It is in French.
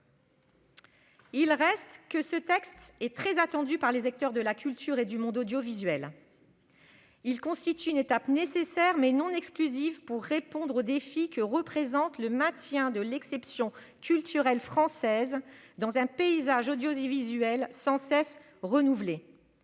Il reste que ce texte est très attendu par les acteurs de la culture et du monde audiovisuel. Il constitue une étape nécessaire, mais non exclusive, pour répondre au défi que représente le maintien de l'exception culturelle française dans un paysage audiovisuel sans cesse renouvelé.